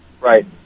Right